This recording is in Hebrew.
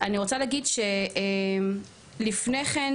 אני רוצה להגיד לפני כן,